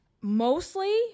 mostly